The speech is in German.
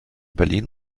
berlin